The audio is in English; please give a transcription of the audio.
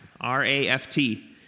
R-A-F-T